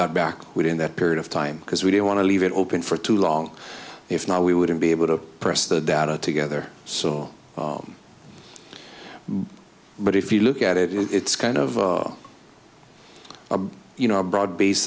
got back within that period of time because we didn't want to leave it open for too long if not we wouldn't be able to press the data together so but if you look at it it's kind of a you know a broad base